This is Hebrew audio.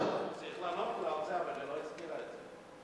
צריך לענות לה על זה, אבל היא לא הזכירה את זה.